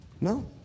No